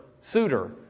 suitor